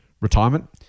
retirement